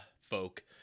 folk –